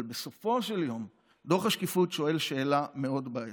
אבל בסופו של יום דוח השקיפות שואל שאלה מאוד בעייתית,